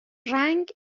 رنگ